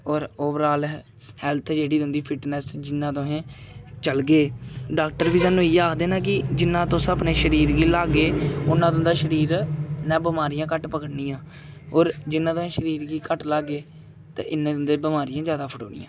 होर overall health जेह्ड़ी तुं'दी फिटनेस जि'न्ना तुसें चलगे डॉक्टर बी सानूं इ'यै आखदे कि जि'न्ना तुस अपने शरीर गी ल्हागे उ'न्ना तुं'दा शरीर नै बमारियां घट्ट पकड़नियां होर जि'न्ना तुसें शरीर गी घट्ट ल्हागे ते इ'न्ने तुं'दे बमारियां जादा फड़ोनियां